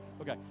Okay